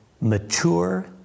mature